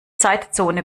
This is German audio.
zeitzone